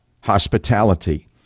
hospitality